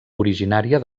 originària